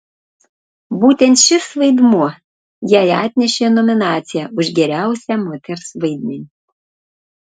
būtent šis vaidmuo jai atnešė nominaciją už geriausią moters vaidmenį